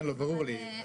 כן, ברור לי.